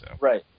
Right